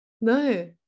No